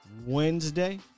Wednesday